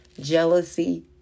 jealousy